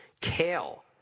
kale